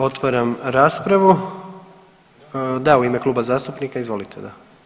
Otvaram raspravu, da u ime kluba zastupnika, izvolite da.